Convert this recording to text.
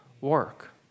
work